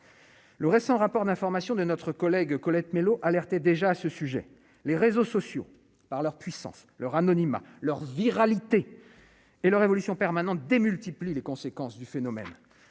Le récent rapport d'information de notre collègue Colette Mélot alerter déjà à ce sujet, les réseaux sociaux par leur puissance, leur anonymat leur viralité et la révolution permanente démultiplie les conséquences du phénomène